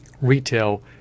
retail